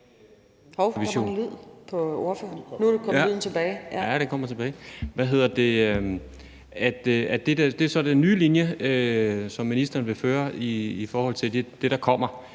Det er så den nye linje, som ministeren vil føre i forhold til det, der kommer.